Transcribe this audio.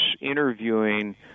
interviewing